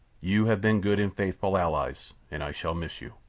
you have been good and faithful allies, and i shall miss you.